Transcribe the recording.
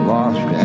Lost